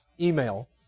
email